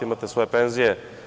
Imate svoje penzije.